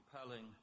compelling